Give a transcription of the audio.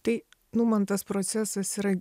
tai nu man tas procesas yra